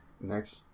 Next